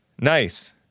Nice